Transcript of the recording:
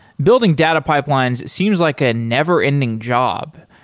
building data pipelines seems like a never-ending job,